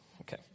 Okay